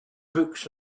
books